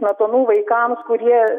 smetonų vaikams kurie